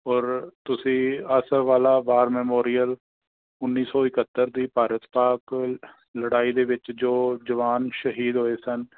ਔਰ ਤੁਸੀਂ ਆਸਰ ਵਾਲਾ ਵਾਰ ਮੈਮੋਰੀਅਲ ਉੱਨੀ ਸੌ ਇਕਹੱਤਰ ਦੀ ਭਾਰਤ ਪਾਕ ਲੜਾਈ ਦੇ ਵਿੱਚ ਜੋ ਜਵਾਨ ਸ਼ਹੀਦ ਹੋਏ ਸਨ